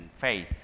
faith